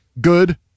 good